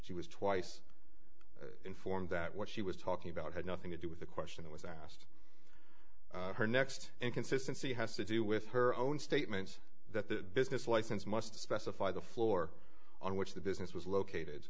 she was twice informed that what she was talking about had nothing to do with the question it was asked her next inconsistency has to do with her own statement that the business license must specify the floor on which the business was located